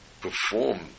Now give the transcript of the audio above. perform